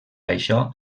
això